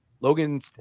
Logan